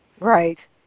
Right